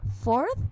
fourth